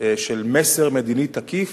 של מסר מדיני תקיף,